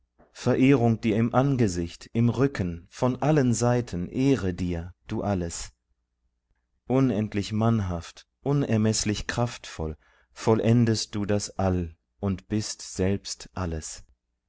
verehrung dir im angesicht im rücken von allen seiten ehre dir du alles unendlich mannhaft unermeßlich kraftvoll vollendest du das all und bist selbst alles